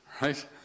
right